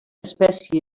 espècie